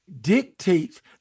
dictates